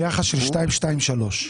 יחס של שתיים, שתיים, שלוש.